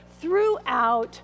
throughout